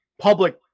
public